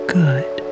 good